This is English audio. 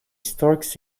storks